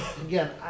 again